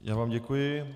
Já vám děkuji.